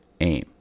aim